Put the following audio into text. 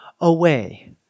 away